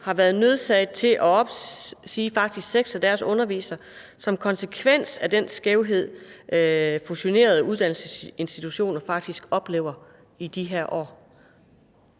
har været nødsaget til faktisk at opsige seks af deres undervisere som konsekvens af den skævhed, fusionerede uddannelsesinstitutioner oplever i de her år.